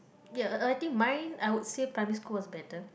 ya uh I think mine I would say primary school was better